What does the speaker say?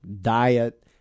diet